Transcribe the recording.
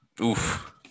Oof